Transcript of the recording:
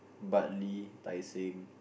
Bartley Tai-Seng